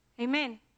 Amen